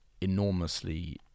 enormously